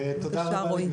בבקשה, רועי.